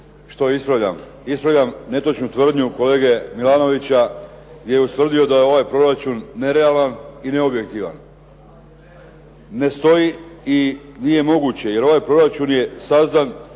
što ispravljam. Ispravljam netočnu tvrdnju kolege Milanovića gdje je ustvrdio da je ovaj proračun nerealan i neobjektivan. Ne stoji i nije moguće jer ovaj proračun je sazdan